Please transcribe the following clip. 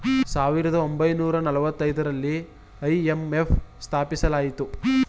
ಸಾವಿರದ ಒಂಬೈನೂರ ನಾಲತೈದರಲ್ಲಿ ಐ.ಎಂ.ಎಫ್ ಸ್ಥಾಪಿಸಲಾಯಿತು